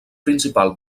principal